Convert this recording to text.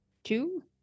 Two